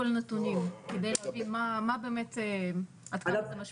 קודם כל נתונים, כדי להבין עד כמה זה משפיע.